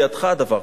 בידך הדבר.